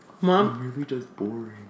Mom